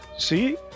see